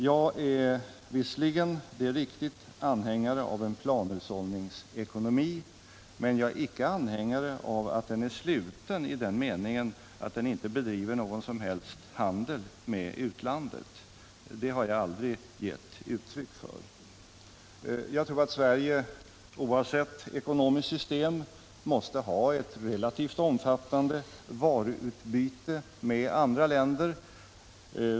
Jag är visserligen, det är riktigt, anhängare av en planhushållningsekonomi, men jag är inte anhängare av att den är sluten i den meningen att den inte bedriver någon som helst handel med utlandet — det har jag aldrig givit uttryck för. Jag tror att Sverige, oavsett ekonomiskt system, måste ha ett relativt omfattande varuutbyte med andra länder.